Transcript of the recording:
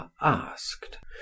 asked